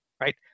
right